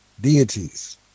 deities